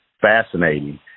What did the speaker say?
fascinating